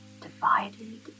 divided